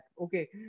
Okay